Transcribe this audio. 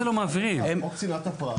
חוק צנעת הפרט.